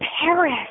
Paris